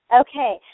Okay